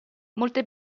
molte